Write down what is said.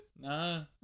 No